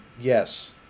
Yes